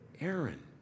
Aaron